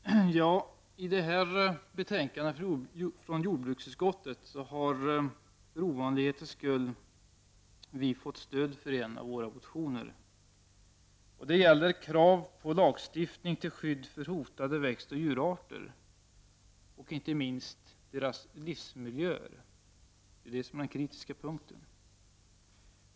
Fru talman! I detta betänkande från jordbruksutskottet har vi i miljöpartiet, för ovanlighetens skull, fått stöd för en av våra motioner. Det gäller krav på lagstiftning till skydd för hotade växtoch djurarter och, inte minst, deras livsmiljöer, som är den kritiska punkten.